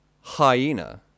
hyena